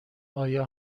آیا